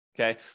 Okay